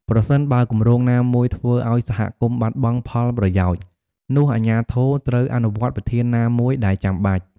ប្រសិនបើគម្រោងណាមួយធ្វើឱ្យសហគមន៍បាត់បង់ផលប្រយោជន៍ នោះអាជ្ញាធរត្រូវអនុវត្តវិធានណាមួយដែលចាំបាច់។